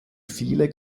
viele